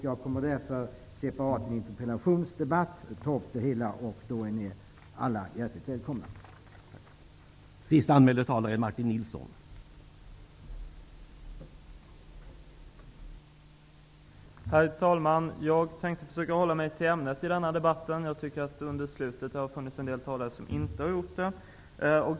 Jag kommer därför separat i en interpellationsdebatt att ta upp det hela. Där är alla hjärtligt välkomna att delta.